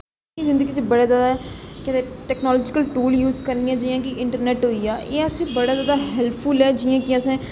अज्जकल जिंदगी च बड़ा ज्यादा केह् आखदे टैक्नोलाजीकल टूल्स इ'यां जियां कि इंटरनेट होई गेआ एह् अस बड़ा ज्यादा हैल्पफुल ऐ जियां कि असें